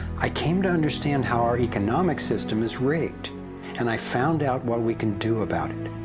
i came to understand how our economic system is rigged and i found out, what we can do about it.